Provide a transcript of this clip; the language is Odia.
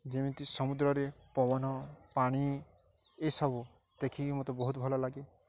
ଯେମିତି ସମୁଦ୍ରରେ ପବନ ପାଣି ଏସବୁ ଦେଖିକି ମୋତେ ବହୁତ ଭଲଲାଗେ